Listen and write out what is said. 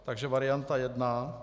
Takže varianta 1.